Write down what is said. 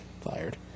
fired